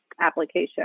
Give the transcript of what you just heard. application